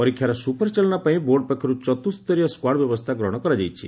ପରୀକ୍ଷାର ସୁପରିଚାଳନା ପାଇଁ ବୋର୍ଡ ପକ୍ଷର୍ ଚତ୍ରସ୍ତରୀୟ ସ୍କାର୍ଡ ବ୍ୟବସ୍କା ଗ୍ରହଶ କରାଯାଇଛି